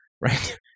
right